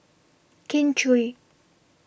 Kin Chui